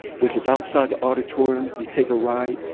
which is outside the auditorium. you take a right,